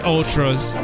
Ultra's